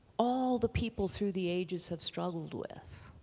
all the people through the ages have struggled with,